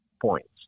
points